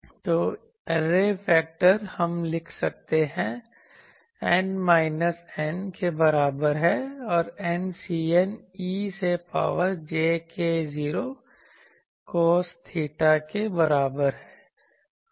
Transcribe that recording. तो array factor हम लिख सकते हैं n माइनस n के बराबर है और N Cn e से power j k0 cos theta के बराबर है